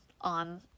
on